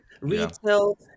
retail